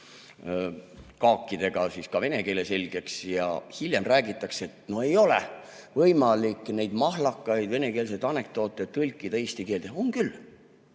kaakidele ka vene keele selgeks. Ja siis meil räägitakse, et no ei ole võimalik neid mahlakaid venekeelseid anekdoote tõlkida eesti keelde. On küll.